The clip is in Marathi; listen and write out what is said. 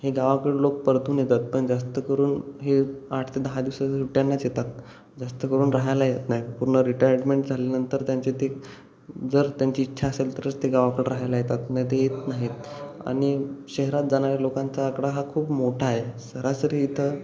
हे गावाकडे लोक परतून येतात पण जास्त करून हे आठ ते दहा दिवसाच्या सुट्ट्यांनाच येतात जास्त करून राहायला येत नाही पूर्ण रिटायर्डमेंट झाल्यानंतर त्यांचे ते जर त्यांची इच्छा असेल तरच ते गावाकडं राहायला येतात नाहीतर येत नाहीत आणि शहरात जाणाऱ्या लोकांचा आकडा हा खूप मोठा आहे सरासरी इथं